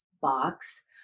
box